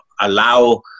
allow